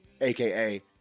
aka